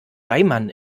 reimann